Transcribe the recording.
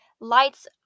lights